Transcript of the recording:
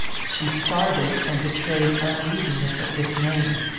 she started and betrayed uneasiness at this name.